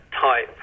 type